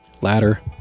ladder